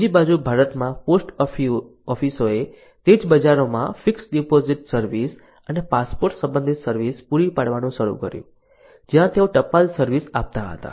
બીજી બાજુ ભારતમાં પોસ્ટ ઓફિસોએ તે જ બજારોમાં ફિક્સ્ડ ડિપોઝિટ સર્વિસ અને પાસપોર્ટ સંબંધિત સર્વિસ પૂરી પાડવાનું શરૂ કર્યું જ્યાં તેઓ ટપાલ સર્વિસ આપતા હતા